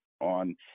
on